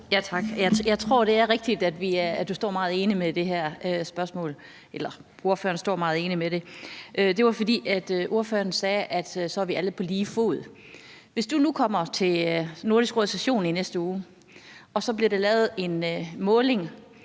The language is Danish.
Jeg tror, det er rigtigt, at ordføreren står meget ene i det her spørgsmål. Det var, fordi ordføreren sagde, at så er vi alle på lige fod. Hvis du nu kommer til Nordisk Råds session i næste uge og der bliver lavet en måling,